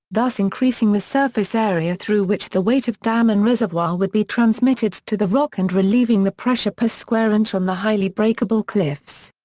thus increasing the surface area through which the weight of dam and reservoir would be transmitted to the rock and relieving the pressure per square inch on the highly breakable cliffs.